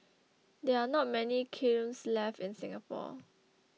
there are not many kilns left in Singapore